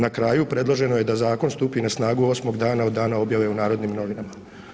Na kraju, predloženo je da zakon stupi na snagu 8. dana od dana objave u Narodnim novinama.